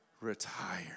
retire